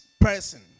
person